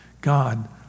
God